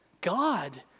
God